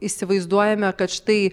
įsivaizduojame kad štai